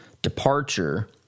Departure